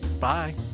Bye